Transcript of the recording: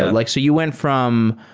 and like so you went from,